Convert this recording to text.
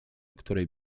której